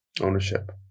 Ownership